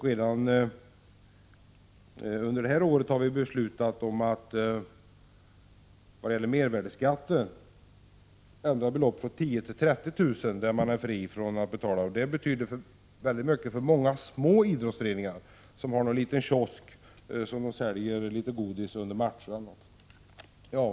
Redan under detta år har vi beslutat att ändra gränsen vad gäller mervärdeskatten från 10 000 till 30 000 kr. Det betyder mycket för många små idrottsföreningar som kanske säljer litet godsaker under matcherna.